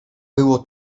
było